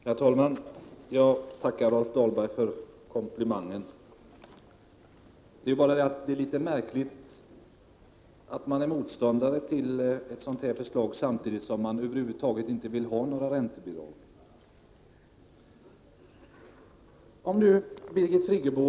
Herr talman! Jag tackar Rolf Dahlberg för komplimangen. Det är bara litet märkligt att man är motståndare till ett sådant förslag samtidigt som man över huvud taget inte vill ha några räntebidrag. Birgit Friggebo!